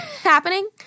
happening